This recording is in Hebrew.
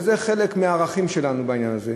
וזה חלק מהערכים שלנו בעניין הזה.